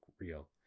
real